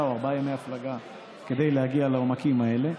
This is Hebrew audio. או ארבעה ימי הפלגה כדי להגיע לעומקים האלה,